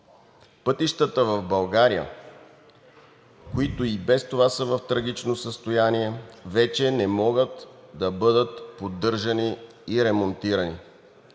Пътищата в България, които и без това са в трагично състояние, вече не могат да бъдат поддържани и ремонтирани.